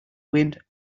wind